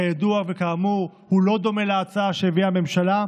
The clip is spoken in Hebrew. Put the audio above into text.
כידוע וכאמור, הוא לא דומה להצעה שהביאה הממשלה.